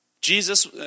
Jesus